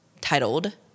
titled